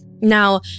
Now